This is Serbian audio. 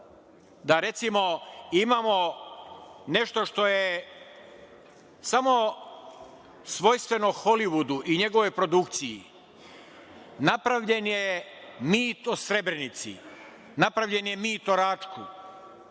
da recimo, imamo nešto što je samo svojstveno Holivudu i njegovoj produkciji. Napravljen je mit o Srebrenici, napravljen je mit o Ratku,